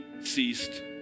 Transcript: ceased